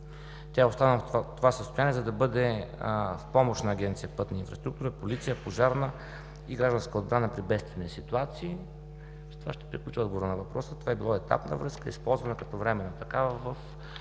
Тя остана в това състояние, за да бъде в помощ на Агенция „Пътна инфраструктура“, полиция, пожарна и „Гражданска отбрана“ при бедствени ситуации. С това ще приключа отговора на въпроса. Това е била етапна връзка, използвана е като временна такава в